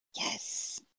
Yes